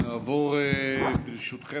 ברשותכם,